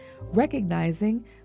recognizing